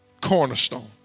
cornerstone